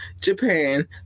Japan